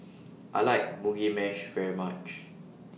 I like Mugi Meshi very much